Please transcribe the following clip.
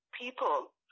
people